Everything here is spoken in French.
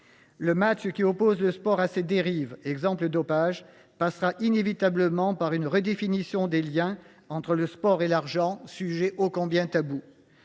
Le match qui oppose le sport à ses dérives, parmi lesquelles le dopage, passera inévitablement par une redéfinition des liens entre le sport et l’argent, sujet ô combien tabou.